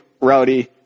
rowdy